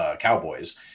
Cowboys